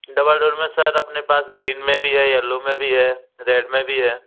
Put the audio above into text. double door में sir अपने पास ग्रीन में भी है यैल्लो में भी है रेड में भी है